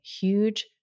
huge